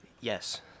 Yes